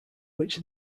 which